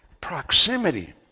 Proximity